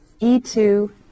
e2